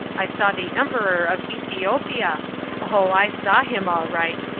i saw the emperor of ethiopia oh, i saw him all right.